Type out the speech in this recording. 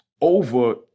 over